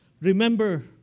Remember